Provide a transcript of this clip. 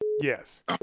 Yes